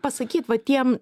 pasakyt vat tiem